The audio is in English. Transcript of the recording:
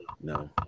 no